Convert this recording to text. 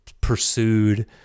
pursued